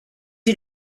you